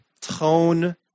tone